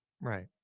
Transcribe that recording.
Right